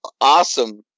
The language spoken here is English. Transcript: awesome